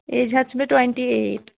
age حظ چھَ مےٚ ٹُوَنٹی ایٹ